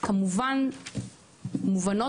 כמובן מובנות,